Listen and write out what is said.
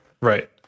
Right